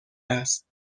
است